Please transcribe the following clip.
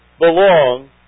belong